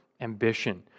ambition